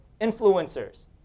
influencers